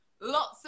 Lots